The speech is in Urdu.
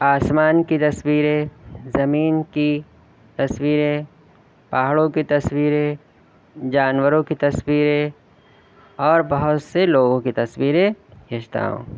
آسمان کی تصویریں زمین کی تصویریں پہاڑوں کی تصویریں جانوروں کی تصویریں اور بہت سے لوگوں کی تصویریں کھینچتا ہوں